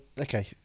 okay